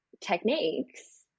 techniques